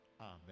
Amen